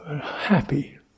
happy